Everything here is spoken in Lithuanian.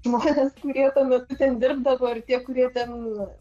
žmones kurie tuo metu ten dirbdavo ar tie kurie ten